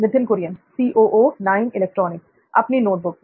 नित्थिन कुरियन अपनी नोटबुक में